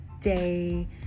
day